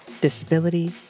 disability